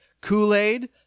Kool-Aid